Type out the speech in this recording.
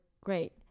great